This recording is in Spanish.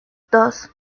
dos